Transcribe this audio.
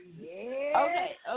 Okay